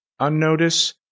unnotice